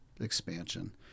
expansion